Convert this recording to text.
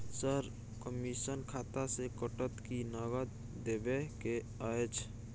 Sir, commission खाता से कटत कि नगद देबै के अएछ?